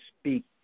speak